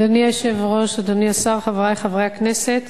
אדוני היושב-ראש, אדוני השר, חברי חברי הכנסת,